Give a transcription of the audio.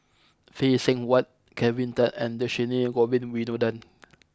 Phay Seng Whatt Kelvin Tan and Dhershini Govin Winodan